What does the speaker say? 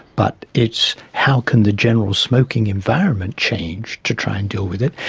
but it's how can the general smoking environment change to try and deal with it.